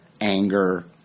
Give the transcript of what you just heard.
anger